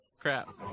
Crap